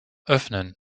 öffnen